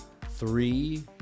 three